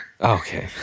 okay